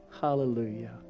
Hallelujah